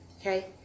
Okay